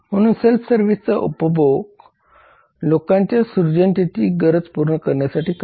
म्हणून सेल्फ सर्व्हिसचा उपयोग लोकांच्या सृजनतेची गरज पूर्ण करते